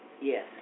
Yes